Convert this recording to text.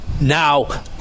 Now